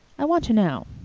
i want to know?